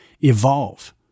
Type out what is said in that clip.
evolve